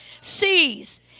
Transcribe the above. sees